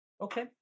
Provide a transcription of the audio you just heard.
Okay